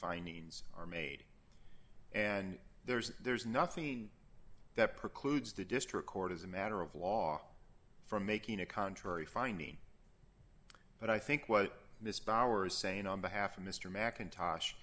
findings are made and there's there's nothing that precludes the district court as a matter of law from making a contrary finding but i think what this power is saying on behalf of mr mackintosh